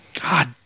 God